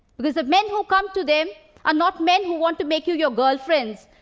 because the men who come to them are not men who want to make you your girlfriends,